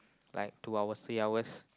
like two hours three hours